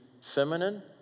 feminine